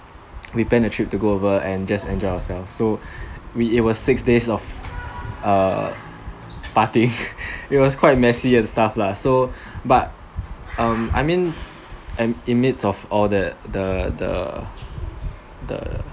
we planned a trip to go over and just enjoyed ourselves so we it was six days of err partying it was quite messy and stuff lah so but um I mean in midst of all that the the the